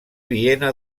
viena